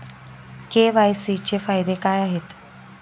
KYC चे फायदे काय आहेत?